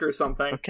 Okay